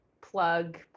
plug